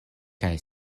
kaj